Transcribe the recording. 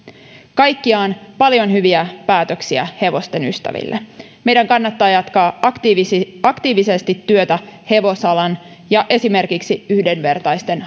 kaikkiaan paljon hyviä päätöksiä hevosten ystäville meidän kannattaa jatkaa aktiivisesti aktiivisesti työtä hevosalan ja esimerkiksi yhdenvertaisten